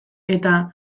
eta